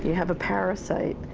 have a parasite,